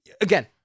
again